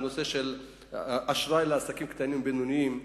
הנושא של אשראי לעסקים קטנים ובינוניים.